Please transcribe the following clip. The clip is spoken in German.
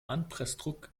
anpressdruck